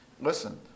Listen